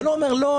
ולא אומר: לא,